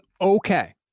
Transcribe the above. okay